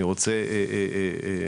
אני רוצה שרון,